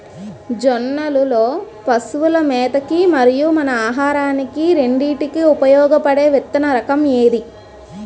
జొన్నలు లో పశువుల మేత కి మరియు మన ఆహారానికి రెండింటికి ఉపయోగపడే విత్తన రకం ఏది?